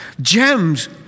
Gems